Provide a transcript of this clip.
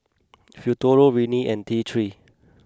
Futuro Rene and T three